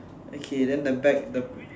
okay then the back the